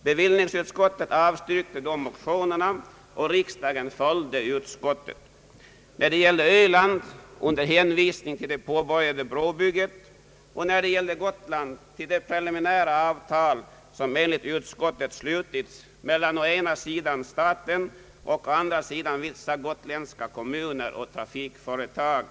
Bevillningsutskottet avstyrkte i höstas motionsyrkandena, och riksdagen följde utskottet — när det gällde öland under hänvisning till det påbörjade brobygget och när det gällde Gotland till det preliminära avtalet mellan å ena sidan staten och å andra sidan vissa gotländska kommuner och trafikföretag.